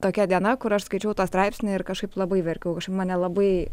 tokia diena kur aš skaičiau tą straipsnį ir kažkaip labai verkiau mane labai